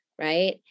right